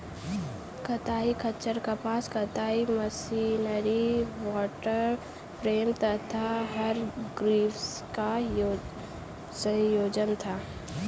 कताई खच्चर कपास कताई मशीनरी वॉटर फ्रेम तथा हरग्रीव्स का संयोजन था